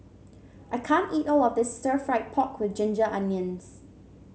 I can't eat all of this stir fry pork with Ginger Onions